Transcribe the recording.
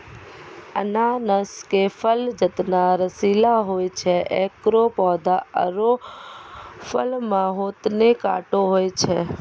अनानस के फल जतना रसीला होय छै एकरो पौधा आरो फल मॅ होतने कांटो होय छै